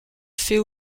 fait